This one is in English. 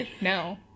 No